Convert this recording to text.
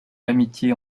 l’amitié